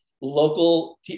local